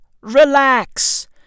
relax